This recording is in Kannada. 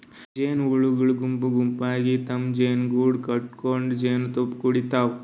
ಜೇನಹುಳಗೊಳ್ ಗುಂಪ್ ಗುಂಪಾಗಿ ತಮ್ಮ್ ಜೇನುಗೂಡು ಕಟಗೊಂಡ್ ಜೇನ್ತುಪ್ಪಾ ಕುಡಿಡ್ತಾವ್